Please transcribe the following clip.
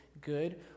good